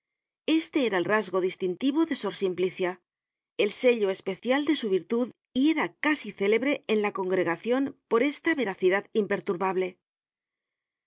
este era el rasgo distintivo de sor simplicia el sello especial de su virtud y era casi célebre en la congregacion por esta veracidad imperturbable